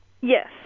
Yes